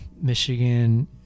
Michigan